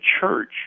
church